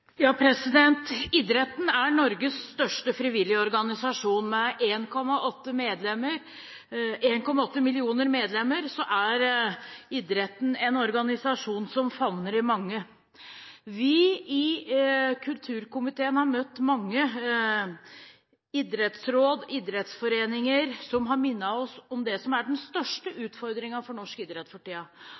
idretten en organisasjon som favner de mange. Vi i kulturkomiteen har møtt mange idrettsråd og idrettsforeninger som har minnet oss om det som er den største utfordringen for norsk idrett